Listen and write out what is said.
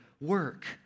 work